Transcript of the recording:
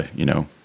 you know,